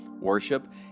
worship